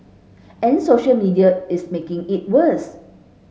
and social media is making it worse